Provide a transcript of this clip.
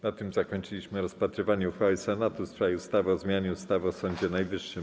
Na tym zakończyliśmy rozpatrywanie uchwały Senatu w sprawie ustawy o zmianie ustawy o Sądzie Najwyższym.